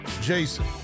jason